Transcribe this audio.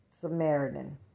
Samaritan